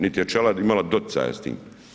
Niti je pčela imala doticaja s tim.